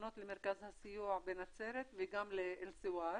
שפונות למרכז הסיוע בנצרת וגם לאלסואר,